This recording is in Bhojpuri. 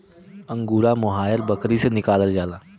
अंगूरा मोहायर बकरी से निकालल जाला